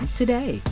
today